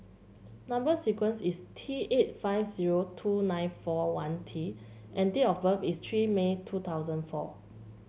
number sequence is T eight five zero two nine four one T and date of birth is three May two thousand four